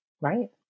Right